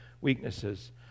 weaknesses